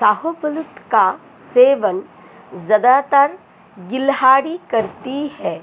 शाहबलूत का सेवन ज़्यादातर गिलहरी करती है